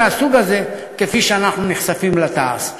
מהסוג הזה כפי שאנחנו נחשפים עם תע"ש.